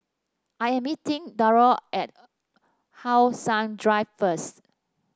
I am meeting Drury at How Sun Drive first